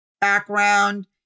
background